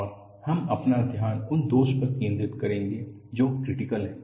और हम अपना ध्यान उस दोष पर केंद्रित करेंगे जो क्रिटिकल है